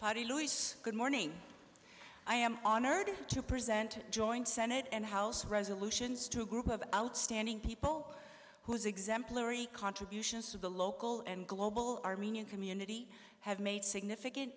patty louise good morning i am on earth to present joint senate and house resolutions to a group of outstanding people whose exemplary contributions to the local and global armenian community have made significant